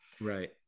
Right